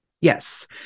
Yes